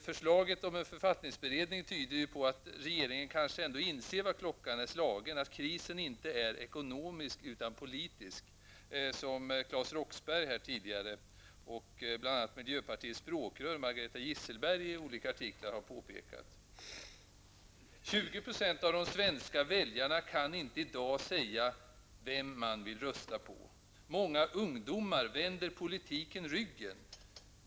Förslaget om en författningsberedning tyder ju på att regeringen ändå kanske inser vad klockan är slagen, att krisen inte är ekonomisk utan politisk, såsom Claes Roxbergh tidigare sade här och som miljöpartiets språkrör Margareta Gisselberg i olika artiklar har påpekat. 20 % av de svenska väljarna kan i dag inte säga vem de vill rösta på. Många ungdomar vänder politiken ryggen.